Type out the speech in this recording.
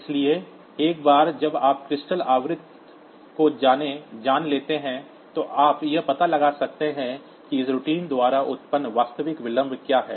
इसलिए एक बार जब आप क्रिस्टल आवृत्ति को जान लेते हैं तो आप यह पता लगा सकते हैं कि इस रूटीन द्वारा उत्पन्न वास्तविक विलंब क्या है